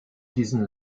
diesen